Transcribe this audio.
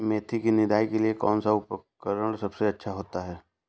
मेथी की निदाई के लिए कौन सा उपकरण सबसे अच्छा होता है?